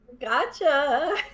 Gotcha